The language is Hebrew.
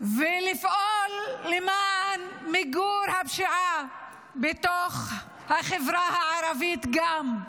ולפעול למען מיגור הפשיעה בתוך החברה הערבית גם,